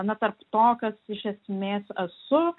na tarp to kas iš esmės esu